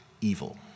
evil